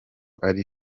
ari